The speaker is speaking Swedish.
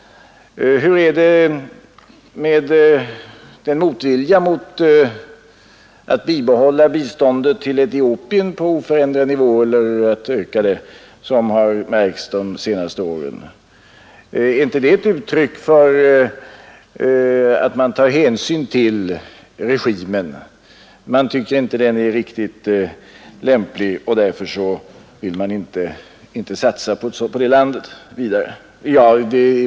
Hur är det med den motvilja mot att bibehålla biståndet till Etiopien på oförändrad nivå eller att öka det som har märkts de senaste åren? Är inte det ett uttryck för att man tar hänsyn till regimen? Man tycker inte att den är riktigt lämplig, och därför vill man inte satsa på det landet vidare.